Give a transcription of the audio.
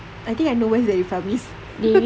I think I know where dairy farm is